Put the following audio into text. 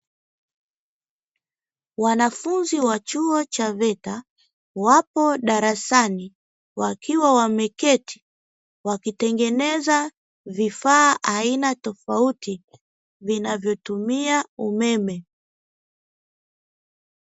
Wanafunzi wa chuo cha veta wapo darasani wakiwa wameketi wakitengeneza vifaa aina tofauti vinavyotumia umeme.